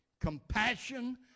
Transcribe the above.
compassion